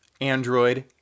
Android